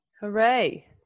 Hooray